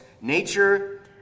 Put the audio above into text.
nature